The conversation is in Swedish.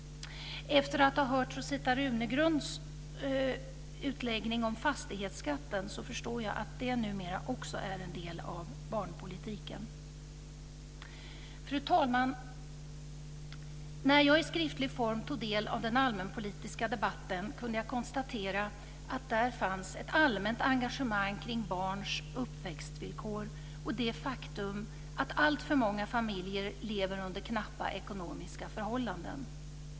Efter att ha hört Rosita Runegrunds utläggning om fastighetsskatten förstår jag att det numera också är en del av barnpolitiken. Fru talman! När jag i skriftlig form tog del av den allmänpolitiska debatten kunde jag konstatera att där fanns ett allmänt engagemang kring barns uppväxtvillkor och det faktum att alltför många familjer lever under knappa ekonomiska förhållanden.